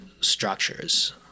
structures